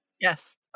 yes